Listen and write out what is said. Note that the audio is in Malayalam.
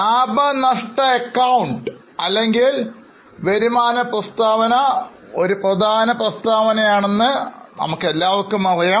ലാഭനഷ്ട അക്കൌണ്ട് അല്ലെങ്കിൽ വരുമാന പ്രസ്താവന ഒരു പ്രധാന പ്രസ്താവനയാണ് എന്ന് നമുക്കെല്ലാവർക്കും അറിയാം